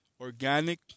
organic